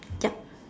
yup